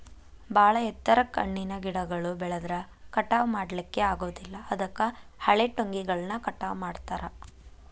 ಬಾಳ ಎತ್ತರಕ್ಕ್ ಹಣ್ಣಿನ ಗಿಡಗಳು ಬೆಳದ್ರ ಕಟಾವಾ ಮಾಡ್ಲಿಕ್ಕೆ ಆಗೋದಿಲ್ಲ ಅದಕ್ಕ ಹಳೆಟೊಂಗಿಗಳನ್ನ ಕಟಾವ್ ಮಾಡ್ತಾರ